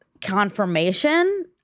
confirmation